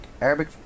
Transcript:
Arabic